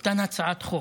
אותן הצעות חוק,